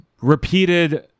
repeated